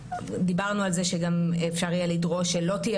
דיברנו על זה שגם אפשר יהיה לדרוש שלא תהיה